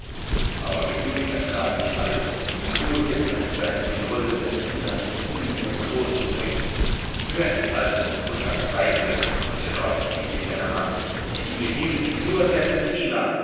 aber geduldig ertrage ich alles denn nur hier kann ich sein wo die holde serpentina mich mit liebe und trost umfängt hör es alte und verzweifle trotz biete ich deiner macht ich liebe ewiglich nur serpentina